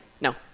No